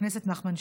חבר הכנסת נחמן שי.